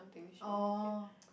oh